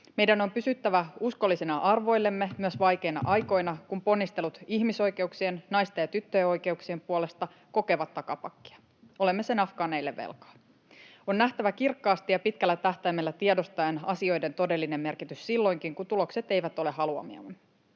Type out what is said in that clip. Meidän on pysyttävä uskollisena arvoillemme myös vaikeina aikoina, kun ponnistelut ihmisoikeuksien, naisten ja tyttöjen oikeuksien puolesta kokevat takapakkia. Olemme sen afgaaneille velkaa. On nähtävä kirkkaasti ja pitkällä tähtäimellä tiedostaen asioiden todellinen merkitys silloinkin, kun tulokset eivät ole haluamiamme.